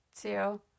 two